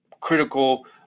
critical